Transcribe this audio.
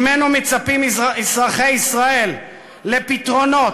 ממנו מצפים אזרחי ישראל לפתרונות,